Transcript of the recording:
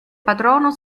patrono